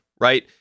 right